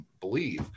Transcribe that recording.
Believe